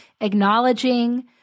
acknowledging